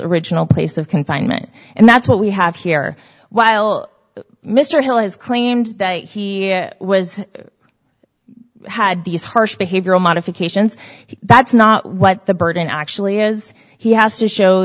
original place of confinement and that's what we have here while mr hill has claimed that he was had these harsh behavioral modifications that's not what the burden actually is he has to show